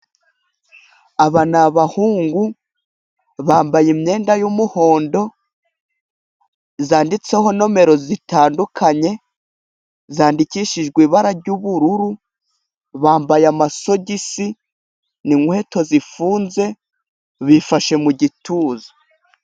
Abana ni abahungu bambaye imyenda y'umuhondo. Yanditseho nimero zitandukanye zandikishijwe ibara ry'ubururu. Bambaye amasogisi n'inkweto zifunze bifashe mu gituza.